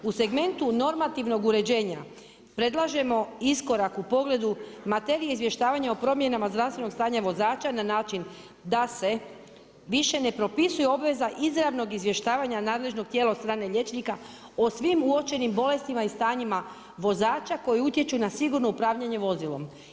U segmentu normativnog uređenja, predlažemo iskorak u pogledu materije izvještavanja u promjenama zdravstvenog stanja vozača na način da se više ne propisuje obveza izravnog izvještavanja nadležnog tijela od strane liječnika o svim uočenim bolestima i stanjima vozača koje utječu na sigurno upravljanje vozilom.